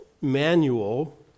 manual